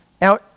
now